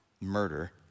murder